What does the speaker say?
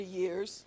years